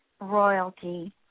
royalty